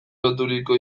loturiko